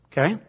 Okay